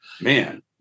Man